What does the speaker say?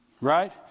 Right